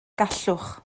gallwch